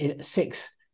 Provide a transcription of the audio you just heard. six